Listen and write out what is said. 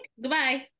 Goodbye